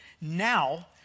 Now